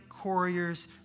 Courier's